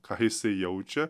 ką jisai jaučia